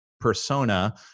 persona